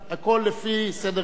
הכול לפי סדר כניסתם.